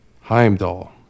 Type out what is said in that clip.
Heimdall